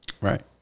Right